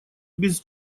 без